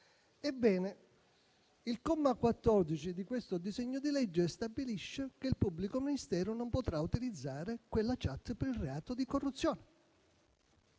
Ebbene, il comma 14 di questo disegno di legge stabilisce che il pubblico ministero non potrà utilizzare quella *chat* per il reato di corruzione.